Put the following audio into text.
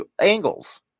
angles